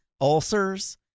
ulcers